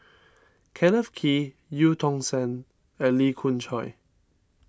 Kenneth Kee Eu Tong Sen and Lee Khoon Choy